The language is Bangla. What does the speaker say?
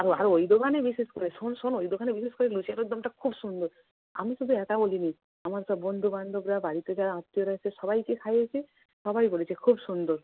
ও আর ওই দোকানে বিশেষ করে শোন শোন ওই দোকানে বিশেষ করে লুচি আলুরদমটা খুব সুন্দর আমি শুধু একা বলি নি আমার সব বন্ধু বান্ধবরা বাড়িতে যারা আত্মীয়রা এসছে সবাইকে খাইয়েছি সবাই বলেছে খুব সুন্দর